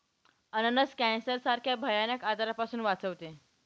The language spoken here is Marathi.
अननस कॅन्सर सारख्या भयानक आजारापासून वाचवते